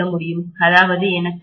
அதாவது எனக்கு அடிப்படையில் sin30o0